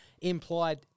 implied